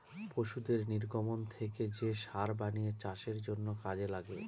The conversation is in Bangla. পশুদের নির্গমন থেকে যে সার বানিয়ে চাষের জন্য কাজে লাগে